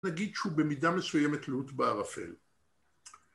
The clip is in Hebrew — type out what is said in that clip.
נגיד שהוא במידה מסוימת לוט בערפל.